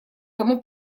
тому